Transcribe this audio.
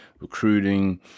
recruiting